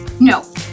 No